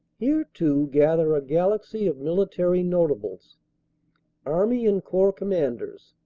here, too, gather a galaxy of military not ables army and corps commanders,